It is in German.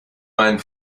meinen